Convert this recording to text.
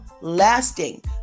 lasting